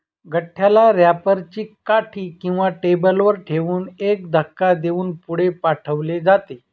गठ्ठ्याला रॅपर ची काठी किंवा टेबलावर ठेवून एक धक्का देऊन पुढे पाठवले जाते